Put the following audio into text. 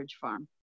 Farm